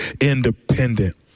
independent